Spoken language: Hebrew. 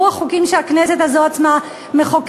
ברוח חוקים שהכנסת הזאת עצמה מחוקקת.